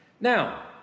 Now